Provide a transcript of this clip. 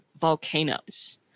volcanoes